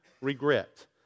regret